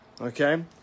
Okay